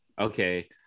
Okay